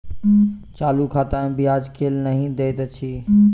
चालू खाता मे ब्याज केल नहि दैत अछि